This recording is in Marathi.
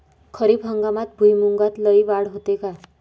खरीप हंगामात भुईमूगात लई वाढ होते का?